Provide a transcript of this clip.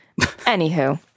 anywho